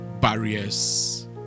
barriers